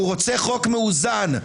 שהוא רוצה חוק מאוזן.